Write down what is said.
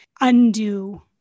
undo